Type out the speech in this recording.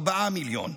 4 מיליון.